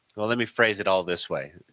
well let me phrase it all this way.